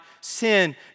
sin